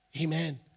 Amen